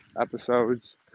episodes